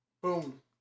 Boom